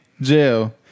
jail